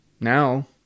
Now